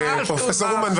פרופ' אומן,